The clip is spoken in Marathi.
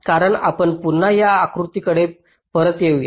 कारण आपण पुन्हा या आकृत्याकडे परत येऊ या